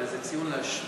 וזה ציון לשבח,